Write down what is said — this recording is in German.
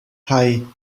hei